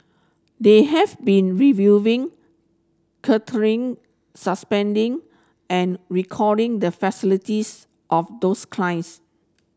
they have been reviewing curtailing suspending and recalling the facilities of those clients